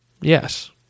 Yes